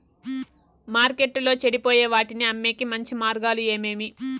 మార్కెట్టులో చెడిపోయే వాటిని అమ్మేకి మంచి మార్గాలు ఏమేమి